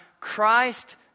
Christ